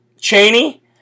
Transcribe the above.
Cheney